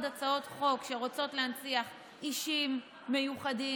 הצעות חוק שרוצות להנציח אישים מיוחדים,